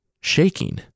Shaking